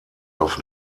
auf